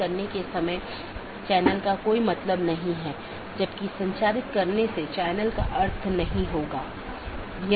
यदि तय अवधी के पूरे समय में सहकर्मी से कोई संदेश प्राप्त नहीं होता है तो मूल राउटर इसे त्रुटि मान लेता है